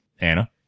Anna